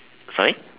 sorry